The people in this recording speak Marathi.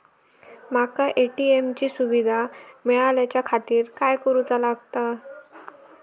माका ए.टी.एम ची सुविधा मेलाच्याखातिर काय करूचा लागतला?